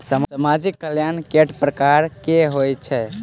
सामाजिक कल्याण केट प्रकार केँ होइ है?